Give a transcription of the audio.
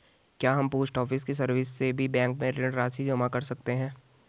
क्या हम post office की सर्विस से भी बैंक में ऋण राशि जमा कर सकते हैं?